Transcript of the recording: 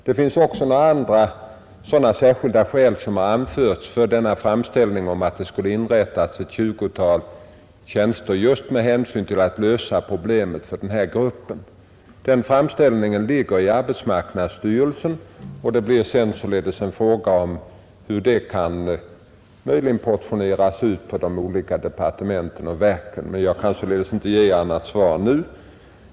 Det finns också några andra särskilda skäl som har anförts för framställningen om att det skulle inrättas ett tjugotal tjänster. Framställningen ligger för närvarande hos arbetsmarknadsstyrelsen, och det blir senare en fråga om hur tjänsterna kan portioneras ut på de olika departementen och verken. Jag kan inte lämna något annat svar nu.